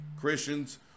Christians